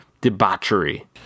debauchery